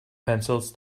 pencils